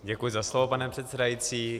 Děkuji za slovo, pane předsedající.